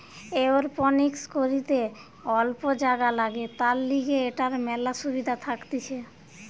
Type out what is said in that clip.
aeroponics করিতে অল্প জাগা লাগে, তার লিগে এটার মেলা সুবিধা থাকতিছে